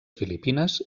filipines